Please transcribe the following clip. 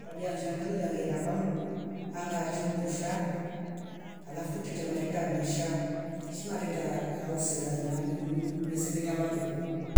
Abia mshangele wangeenda kwa mndu anga tiu undusha halafu tute temarate misha shima reta au singe nyaji ulu- ule- ulesengenya vandu fo